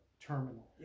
terminal